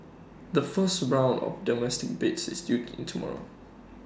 the first round of domestic bids is due in tomorrow